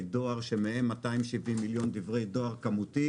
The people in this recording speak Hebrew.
דואר שמהם 270 מיליון הם דברי דואר כמותי.